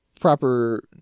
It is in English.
proper